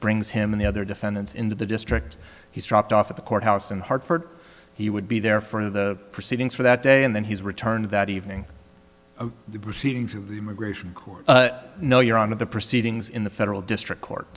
brings him in the other defendants in the district he's dropped off at the courthouse in hartford he would be there for the proceedings for that day and then he's returned that evening the proceedings of the immigration court no you're on of the proceedings in the federal district court